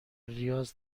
ریاض